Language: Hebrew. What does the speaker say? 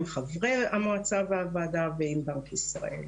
עם חברי המועצה והוועדה ועם בנק ישראל.